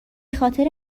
خاطر